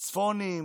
צפונים,